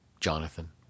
Jonathan